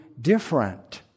different